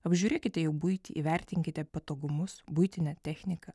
apžiūrėkite jų buitį įvertinkite patogumus buitinę techniką